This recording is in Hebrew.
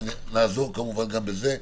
ונעזור כמובן גם בזה,